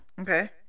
Okay